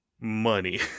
money